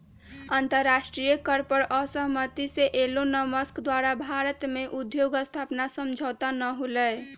अंतरराष्ट्रीय कर पर असहमति से एलोनमस्क द्वारा भारत में उद्योग स्थापना समझौता न होलय